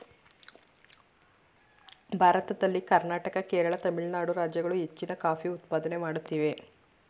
ಭಾರತದಲ್ಲಿ ಕರ್ನಾಟಕ, ಕೇರಳ, ತಮಿಳುನಾಡು ರಾಜ್ಯಗಳು ಹೆಚ್ಚಿನ ಕಾಫಿ ಉತ್ಪಾದನೆ ಮಾಡುತ್ತಿವೆ